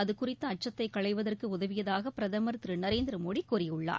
அதுகுறித்த அச்சத்தை களைவதற்கு உதவியதாக பிரதமர் திரு நரேந்திர மோடி கூறியுள்ளார்